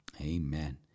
Amen